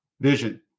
vision